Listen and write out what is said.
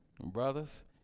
Brothers